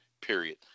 Period